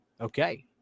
okay